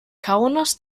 kaunas